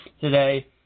today